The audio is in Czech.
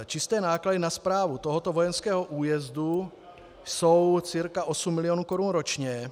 Čisté náklady na správu tohoto vojenského újezdu jsou cca 8 milionů korun ročně.